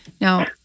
Now